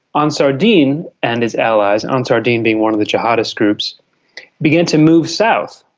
ah ansar dine and his allies ansar dine being one of the jihadist groups begin to move south,